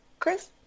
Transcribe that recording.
chris